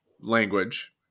language